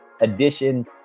edition